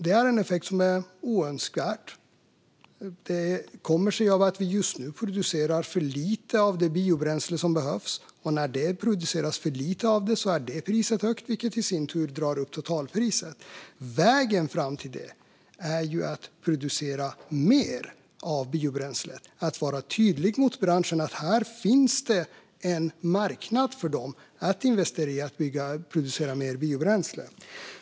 Det är en effekt som är oönskad, och den kommer sig av att vi just nu producerar för lite av det biobränsle som behövs. När det produceras för lite av det blir priset högt, vilket i sin tur drar upp totalpriset. Vägen fram är att producera mer av biobränsle och att vara tydlig mot branschen med att här finns en marknad för dem att investera i och att producera mer biobränsle.